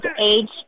age